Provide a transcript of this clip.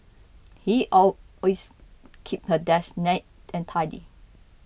he always keeps her desk neat and tidy